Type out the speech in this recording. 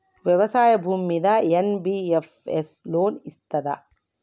వ్యవసాయం భూమ్మీద NBFC loan ఇస్తదా?